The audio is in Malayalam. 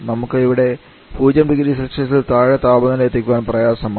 നമുക്ക് ഇവിടെ 0 0C താഴെ താപനില എത്തിക്കുവാൻ പ്രയാസമാണ്